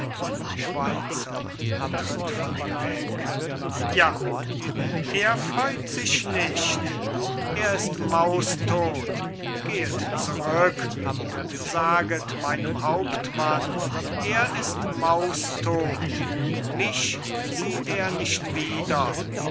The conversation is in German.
weg ja er freut sich nicht er ist maustodt gehet zurück und saget meinem hauptmann er ist maustodt mich sieht er nicht wieder